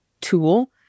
tool